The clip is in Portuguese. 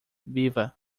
viva